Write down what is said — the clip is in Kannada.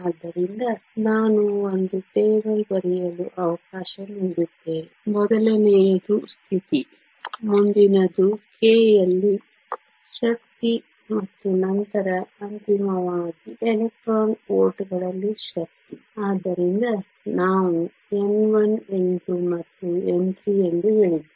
ಆದ್ದರಿಂದ ನಾನು ಒಂದು ಟೇಬಲ್ ಬರೆಯಲು ಅವಕಾಶ ನೀಡುತ್ತೇನೆ ಮೊದಲನೆಯದು ಸ್ಥಿತಿ ಮುಂದಿನದು k ಯಲ್ಲಿ ಶಕ್ತಿ ಮತ್ತು ನಂತರ ಅಂತಿಮವಾಗಿ ಎಲೆಕ್ಟ್ರಾನ್ ವೋಲ್ಟ್ಗಳಲ್ಲಿ ಶಕ್ತಿ ಆದ್ದರಿಂದ ನಾವು n1 n2 ಮತ್ತು n3 ಎಂದು ಹೇಳಿದ್ದೇವೆ